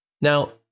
Now